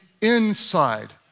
inside